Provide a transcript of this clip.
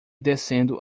descendo